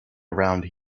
around